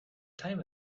time